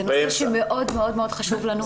זה נושא שמאוד מאוד חשוב לנו.